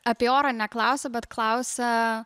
apie orą neklausia bet klausia